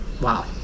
Wow